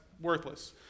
worthless